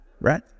right